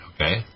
okay